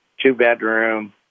two-bedroom